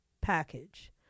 package